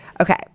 Okay